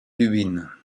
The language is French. lubin